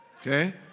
Okay